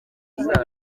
zayo